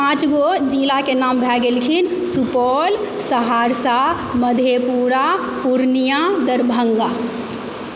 पाँचगो जिलाके नाम भए गेलखिन सुपौल सहरसा मधेपुरा पूर्णिया दरभङ्गा